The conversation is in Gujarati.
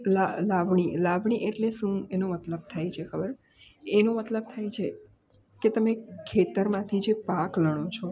લાવ લાવણી લાવણી એટલે શું એનો મતલબ થાય છે ખબર એનો મતલબ થાય છે કે તમે ખેતરમાંથી જે પાક લણો છો